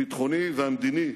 הביטחוני והמדיני,